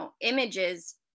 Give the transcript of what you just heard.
images